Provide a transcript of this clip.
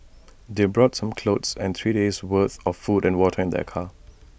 they brought some clothes and three days' worth of food and water in their car